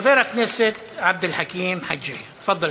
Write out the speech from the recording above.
חבר הכנסת עבד אל חכים חאג' יחיא, תפאדל,